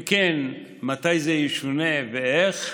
אם כן, מתי זה ישונה ואיך,